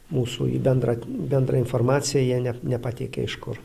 mūsų į bendrą bendrą informaciją jie ne nepateikė iš kur